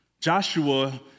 Joshua